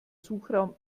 suchraum